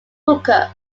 hooker